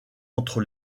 entre